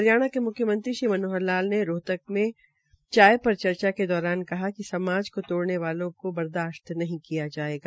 हरियाणा के म्ख्यमंत्री श्री मनोहर लाल ने रोहतक के चाय पर चर्चा के दौरान कहा कि समाज को तोड़ने वालों को बर्दाशत नहीं किया जायेगा